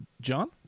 John